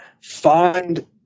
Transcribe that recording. find